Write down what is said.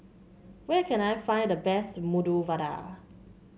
where can I find the best Medu Vada